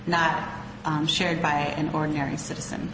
not shared by an ordinary citizen